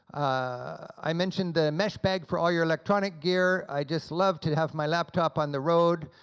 i mentioned the mesh bag for all your electronic gear. i just love to have my laptop on the road.